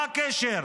מה הקשר?